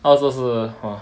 澳洲是 !wah!